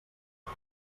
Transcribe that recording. mal